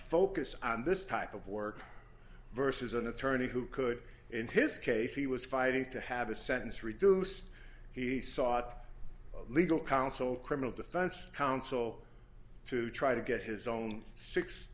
focus on this type of work versus an attorney who could in his case he was fighting to have a sentence reduce he sought legal counsel criminal defense counsel to try to get his own six